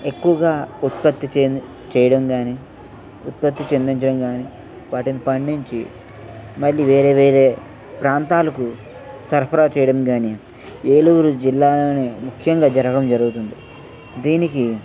ఎక్కువగా ఉత్పత్తి చేన్ చేయడం కానీ ఉత్పత్తి చెందించడం కానీ వాటిని పండించి మళ్ళీ వేరే వేరే ప్రాంతాలకు సరఫరా చేయడం కానీ ఏలూరు జిల్లాని ముఖ్యంగా జరగడం జరుగుతుంది దీనికి